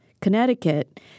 Connecticut